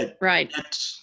right